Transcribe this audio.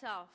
complex